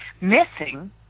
missing